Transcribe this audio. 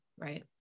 Right